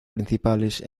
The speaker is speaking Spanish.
principales